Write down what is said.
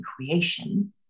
creation